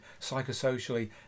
psychosocially